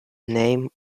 name